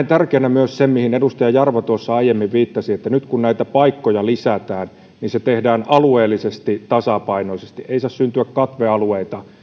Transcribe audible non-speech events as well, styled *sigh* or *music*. *unintelligible* tärkeänä myös sen mihin edustaja jarva tuossa aiemmin viittasi että nyt kun näitä paikkoja lisätään se tehdään alueellisesti tasapainoisesti ei saa syntyä